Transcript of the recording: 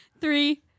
Three